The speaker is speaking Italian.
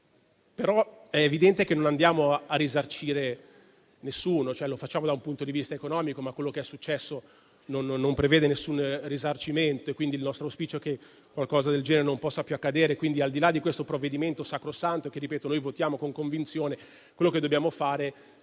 però evidente che non andiamo a risarcire nessuno. Lo facciamo da un punto di vista economico, ma quello che è successo non prevede nessun risarcimento. Il nostro auspicio è che qualcosa del genere non possa più accadere. Quindi, al di là di questo provvedimento sacrosanto, che, lo ripeto, noi votiamo con convinzione, ciò che dobbiamo fare è